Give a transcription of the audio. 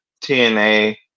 TNA